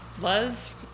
Luz